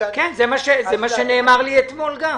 זה גם מה שנאמר לי אתמול.